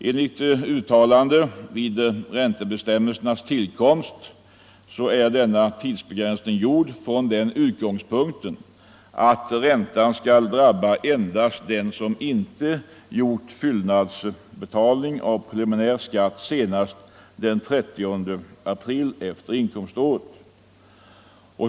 Enligt uttalanden vid räntebestämmelsernas tillkomst är den här tidsbegränsningen gjord från utgångspunkten att räntan skall drabba endast den som inte gjort fyllnadsbetalning av preliminär skatt senast den 30 april året efter inkomståret.